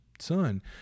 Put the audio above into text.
Son